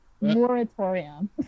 moratorium